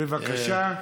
בבקשה.